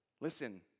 Listen